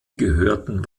gehörten